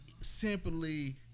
simply